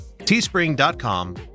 Teespring.com